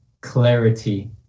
clarity